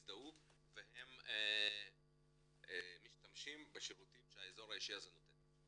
הזדהו והם משתמשים בשירותים שהאזור האישי הזה נותן.